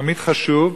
תמיד חשוב,